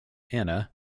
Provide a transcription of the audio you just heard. anna